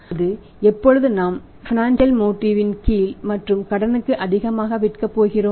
அதாவது எப்பொழுது நாம் பினான்சியல் மோட்டிவ் இன்கீழ் மற்றும் கடனுக்கு அதிகமாக விற்கப் போகிறோம்